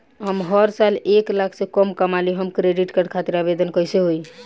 हम हर साल एक लाख से कम कमाली हम क्रेडिट कार्ड खातिर आवेदन कैसे होइ?